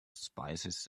spices